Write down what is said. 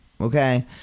okay